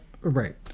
Right